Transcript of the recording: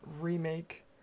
remake